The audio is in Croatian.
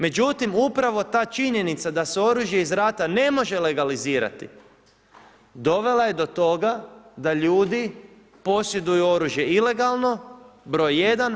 Međutim, upravo ta činjenica da se oružje iz rata ne može legalizirati dovela je do toga da ljudi posjeduju oružje ilegalno broj jedan.